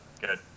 good